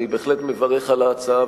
אני בהחלט מברך על ההצעה,